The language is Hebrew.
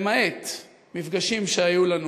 למעט מפגשים שהיו לנו,